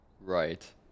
Right